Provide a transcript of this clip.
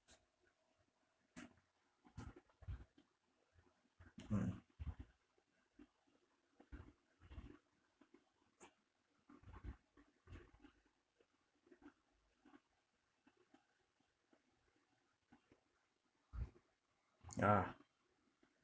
mm ah